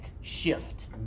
shift